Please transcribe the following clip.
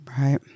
Right